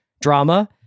drama